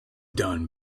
done